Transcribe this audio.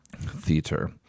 Theater